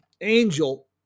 Angel